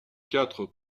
quatre